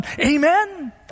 Amen